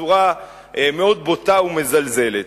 בצורה מאוד בוטה ומזלזלת.